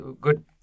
good